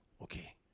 Okay